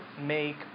make